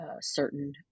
certain